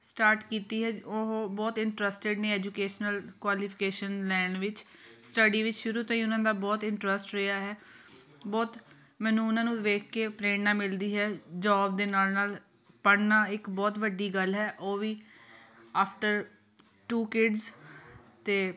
start ਕੀਤੀ ਹੈ ਉਹ ਬਹੁਤ ਇੰਟਰਸਟਿਡ ਨੇ ਐਜੂਕੇਸ਼ਨਲ ਕੁਆਲੀਫਿਕੇਸ਼ਨ ਲੈਣ ਵਿੱਚ ਸਟੱਡੀ ਵਿੱਚ ਸ਼ੁਰੂ ਤੋਂ ਹੀ ਉਹਨਾਂ ਦਾ ਬਹੁਤ ਇੰਟਰਸਟ ਰਿਹਾ ਹੈ ਬਹੁਤ ਮੈਨੂੰ ਉਹਨਾਂ ਨੂੰ ਵੇਖ ਕੇ ਪ੍ਰੇਰਣਾ ਮਿਲਦੀ ਹੈ ਜੋਬ ਦੇ ਨਾਲ ਨਾਲ ਪੜ੍ਹਨਾ ਇੱਕ ਬਹੁਤ ਵੱਡੀ ਗੱਲ ਹੈ ਉਹ ਵੀ ਆਫਟਰ ਟੂ ਕਿਡਸ ਅਤੇ